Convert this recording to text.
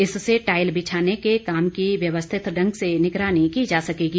इससे टाइल बिछाने के काम की व्यवस्थित ढंग से निगरानी की जा सकेगी